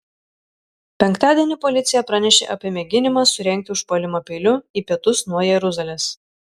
penktadienį policija pranešė apie mėginimą surengti užpuolimą peiliu į pietus nuo jeruzalės